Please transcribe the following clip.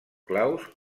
claus